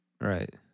Right